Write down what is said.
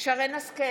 שרן מרים השכל,